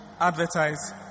advertise